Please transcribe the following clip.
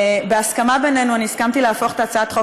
בהסכמה בינינו אני הסכמתי להפוך את הצעת החוק